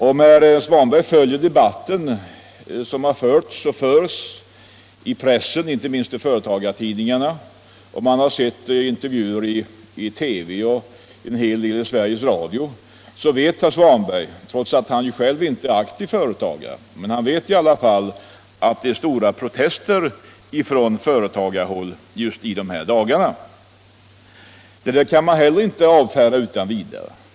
Om herr Svanberg följt den debatt som förts och förs i pressen, inte minst i företagartidningarna, och de intervjuer som sänds i TV och i radio, vet herr Svanberg trots att han inte är aktiv företagare att det i dessa dagar förekommer stora protester från företagarhåll som inte kan avfärdas utan vidare.